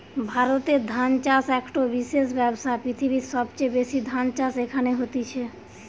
ভারতে ধান চাষ একটো বিশেষ ব্যবসা, পৃথিবীর সবচেয়ে বেশি ধান চাষ এখানে হতিছে